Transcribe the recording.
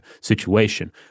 situation